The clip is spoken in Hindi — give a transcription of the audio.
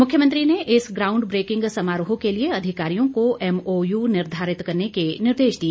मुख्यमंत्री ने इस ग्राउंड ब्रेकिंग समारोह के लिए अधिकारियों को एमओयू निर्धारित करने के निर्देश दिए